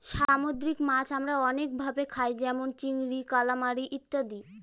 সামুদ্রিক মাছ আমরা অনেক ভাবে খায় যেমন চিংড়ি, কালামারী ইত্যাদি